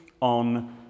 on